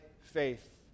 faith